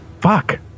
Fuck